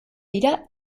dira